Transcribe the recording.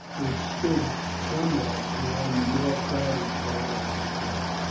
which stood somewhat beyond the more crowded part of the town.